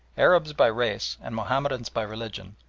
arabs by race and mahomedans by religion,